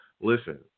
listen